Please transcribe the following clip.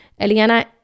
eliana